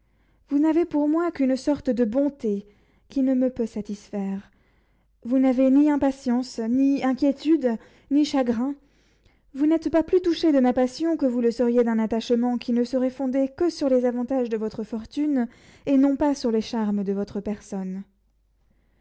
vous n'avez pour moi qu'une sorte de bonté qui ne peut me satisfaire vous n'avez ni impatience ni inquiétude ni chagrin vous n'êtes pas plus touchée de ma passion que vous le seriez d'un attachement qui ne serait fondé que sur les avantages de votre fortune et non pas sur les charmes de votre personne